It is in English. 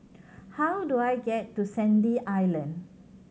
how do I get to Sandy Island